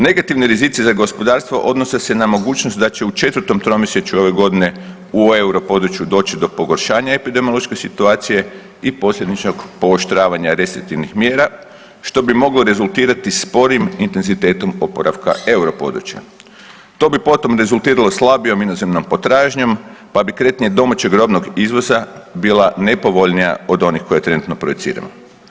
Negativni rizici za gospodarstvo odnose se na mogućnost da će u 4. tromjesečju ove godine u euro području doći do pogoršanja epidemiološke situacije i posljedičnog pooštravanja restriktivnih mjera što bi moglo rezultirati sporim intenzitetom oporavka euro područja, to bi potom rezultiralo slabijom inozemnom potražnjom pa bi kretanje domaćeg robnog izvoza bila nepovoljnija od onih koje trenutno projiciramo.